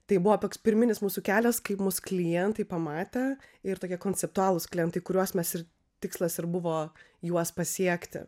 tai buvo toks pirminis mūsų kelias kaip mus klientai pamatė ir tokie konceptualūs klientai kuriuos mes ir tikslas ir buvo juos pasiekti